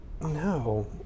No